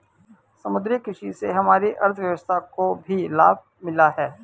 समुद्री कृषि से हमारी अर्थव्यवस्था को भी लाभ मिला है